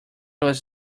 was